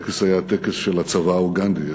הטקס היה טקס של הצבא האוגנדי.